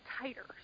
tighter